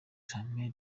jammeh